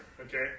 Okay